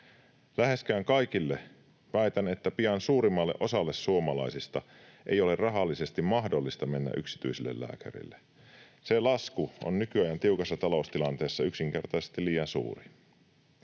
Läheskään kaikille — väitän, että pian suurimmalle osalle suomalaisista — ei ole rahallisesti mahdollista mennä yksityiselle lääkärille. Se lasku on nykyajan tiukassa taloustilanteessa yksinkertaisesti liian suuri.